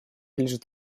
лежит